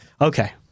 Okay